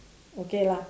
okay lah